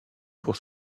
pour